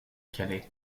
calais